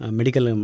medical